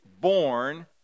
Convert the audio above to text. born